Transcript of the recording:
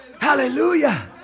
Hallelujah